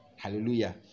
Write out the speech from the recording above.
Hallelujah